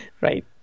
Right